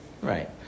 Right